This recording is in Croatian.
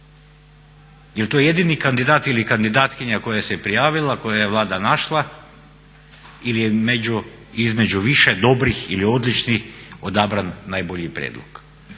Jel' to jedini kandidat ili kandidatkinja koja se prijavila, koju je Vlada našla ili je između više dobrih ili odličnih odabran najbolji prijedlog.